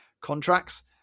contracts